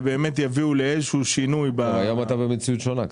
יביאו לאיזה שהוא שינוי -- היום אתה במציאות שונה קצת.